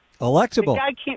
Electable